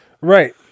Right